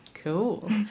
Cool